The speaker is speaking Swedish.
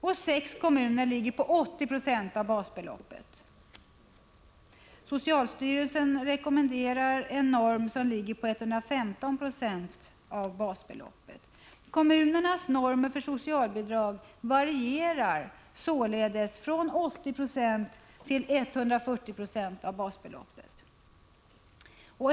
I sex kommuner innebär socialbidragsnormen 80 20 av basbeloppet. Socialstyrelsen rekommenderar en norm på 115 96 av basbeloppet. Kommunernas normer för socialbidrag varierar således från 80 90 till 140 90 av basbeloppet.